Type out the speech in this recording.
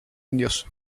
indios